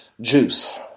juice